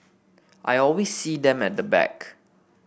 I always see them at the back